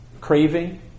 craving